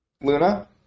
luna